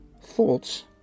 Thoughts